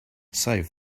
save